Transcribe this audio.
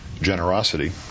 generosity